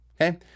Okay